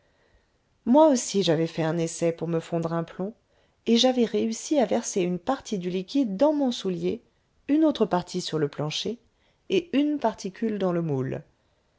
moi aussi j'avais fait un essai pour me fondre un plomb et j'avais réussi à verser une partie du liquide dans mon soulier une autre partie sur le plancher et une particule dans le moule